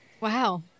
Wow